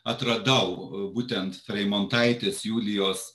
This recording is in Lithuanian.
atradau būtent freimontaitės julijos